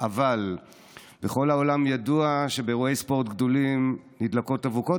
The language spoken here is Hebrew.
אבל בכל העולם ידוע שבאירועי ספורט גדולים נדלקות אבוקות.